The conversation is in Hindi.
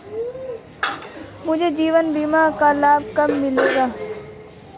मुझे जीवन बीमा का लाभ कब मिलेगा?